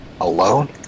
alone